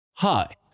Hi